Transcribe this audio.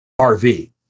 rv